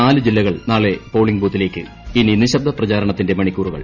നാല് ജില്ലകൾ നാളെ പോളിംഗ് ബൂത്തിലേക്ക് ഇനി നിശബ്ദ പ്രചാരണത്തിന്റെ മണിക്കൂറുകൾ